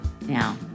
Now